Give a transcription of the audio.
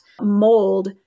mold